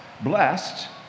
Blessed